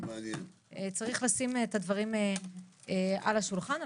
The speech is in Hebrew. צריך לשים את הדברים על השולחן.